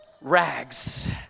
rags